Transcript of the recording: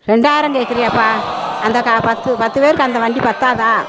ரெண்டாயிரம் கேட்குறியேப்பா அந்த கா பத்து பத்து பேருக்கு அந்த வண்டி பத்தாதா